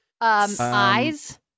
Eyes